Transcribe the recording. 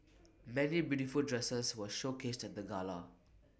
many beautiful dresses were showcased at the gala